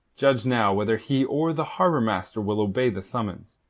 judge now whether he or the harbour-master will obey the summons,